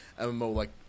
MMO-like